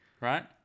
Right